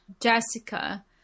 Jessica